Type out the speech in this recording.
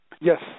Yes